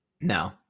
No